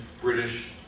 British